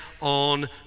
on